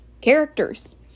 characters